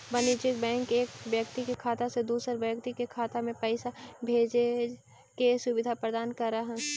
वाणिज्यिक बैंक एक व्यक्ति के खाता से दूसर व्यक्ति के खाता में पैइसा भेजजे के सुविधा प्रदान करऽ हइ